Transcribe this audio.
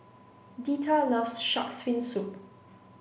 Deetta loves Shark's Fin Soup